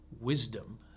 wisdom